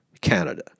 Canada